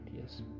yes